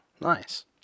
nice